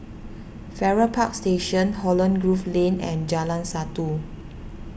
Farrer Park Station Holland Grove Lane and Jalan Satu